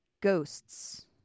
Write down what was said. ghosts